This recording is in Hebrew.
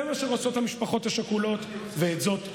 זה מה שרוצות המשפחות השכולות, ואת זאת נעשה.